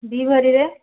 ଦୁଇ ଭରିରେ